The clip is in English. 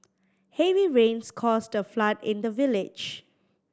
heavy rains caused a flood in the village